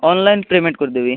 online payment କରିଦେବି